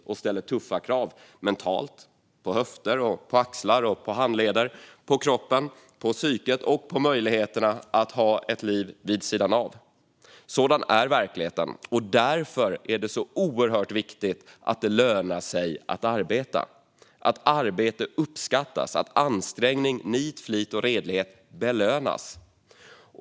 Jobbet ställer tuffa krav mentalt och på höfter, axlar och handleder. Det ställer krav på kroppen och på psyket. Och det påverkar möjligheterna att ha ett liv vid sidan av. Sådan är verkligheten. Det är oerhört viktigt att det lönar sig att arbeta, att arbete uppskattas och att ansträngning, nit, flit och redlighet belönas.